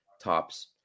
tops